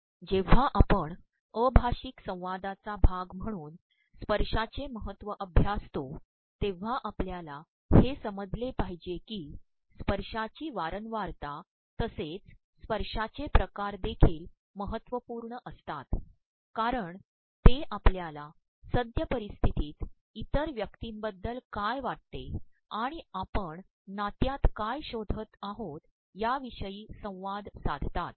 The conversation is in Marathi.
जेव्हा आपण अभाप्रषक संवादाचा भाग म्हणून स्त्पशायचे महत्व अभ्यासतो तेव्हा आपल्याला हे समजलेपाद्रहजेकी स्त्पशायची वारंवारता तसेच स्त्पशायचेिकार देखील महत्त्वपूणय असतात कारण ते आपल्याला सद्य पररप्स्त्र्तीत इतर व्यक्तीबद्दल काय वाितेआणण आपण नात्यात काय शोधत आहोत याप्रवषयी संवाद साधतात